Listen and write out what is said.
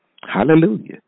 Hallelujah